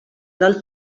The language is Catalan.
del